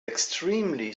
extremely